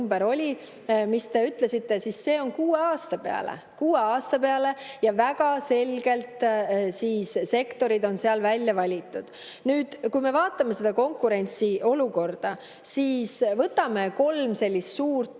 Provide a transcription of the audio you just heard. mis te ütlesite, siis see on kuue aasta peale. Kuue aasta peale, ja väga selgelt sektorid on seal välja valitud. Nüüd, kui me vaatame seda konkurentsiolukorda, siis võtame kolm sellist suurt